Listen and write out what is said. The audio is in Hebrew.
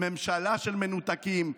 ממשלה של מנותקים,